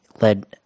led